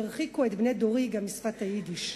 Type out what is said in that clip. והרחיקו את בני דורי גם משפת היידיש.